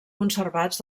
conservats